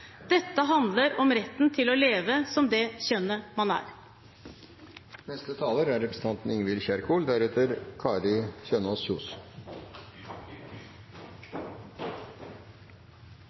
Dette «handler om retten til å eksistere som det kjønnet man er.»